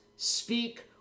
speak